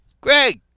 Greg